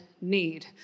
need